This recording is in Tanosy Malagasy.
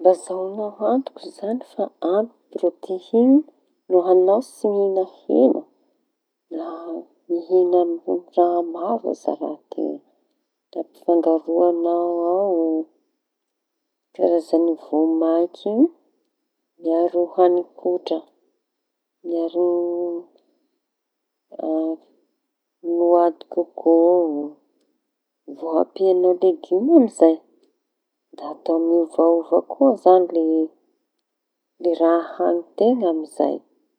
Mba ahazoañao antoky zañy fa ampy proteiñy. No añao tsy mihiña heña da mihiña raha maro azo raha teña. Da ampifangaroañao ao karazañy voamaiky iñy miaro hañikotraña miaro a- noa de kôkô vao ampiañao legimy. Da atao raha miovaova koa zañy le raha hañi teña amizay.